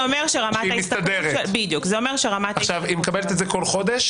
זה אומר שרמת ההשתכרות שלה -- היא מקבלת את זה כל חודש?